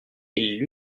ils